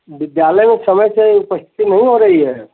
विद्यालय में समय से उपस्थिति नहीं हो रही है